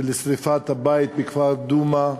של שרפת הבית בכפר דומא.